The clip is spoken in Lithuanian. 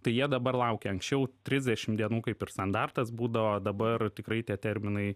tai jie dabar laukia anksčiau trisdešim dienų kaip ir standartas būdavo dabar tikrai tie terminai